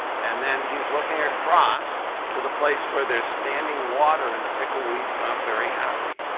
and then he's looking across to the place where there's standing water, and the pickleweed is not very happy.